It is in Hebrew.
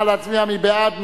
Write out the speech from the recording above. נא להצביע, מי בעד?